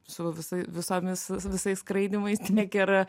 su visai visomis visais skraidymais tiek ir